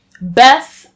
Beth